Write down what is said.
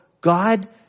god